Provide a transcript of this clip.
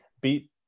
beat